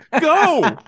go